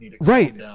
Right